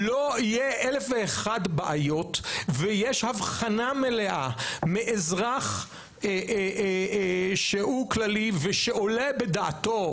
לא יהיה אלף ואחת בעיות ויש הבחנה מלאה מאזרח שהוא כללי ושעולה בדעתו,